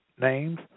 names